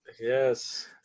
Yes